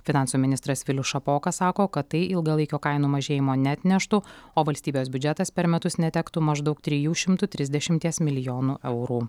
finansų ministras vilius šapoka sako kad tai ilgalaikio kainų mažėjimo neatneštų o valstybės biudžetas per metus netektų maždaug trijų šimtų trisdešimties milijonų eurų